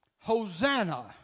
Hosanna